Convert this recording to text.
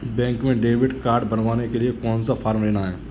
Bank में debit card बनवाने के लिए कौन सा फॉर्म लेना है?